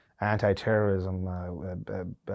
anti-terrorism